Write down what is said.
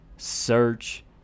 search